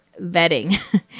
vetting